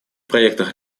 проектах